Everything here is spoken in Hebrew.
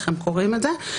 איך הם קוראים את זה.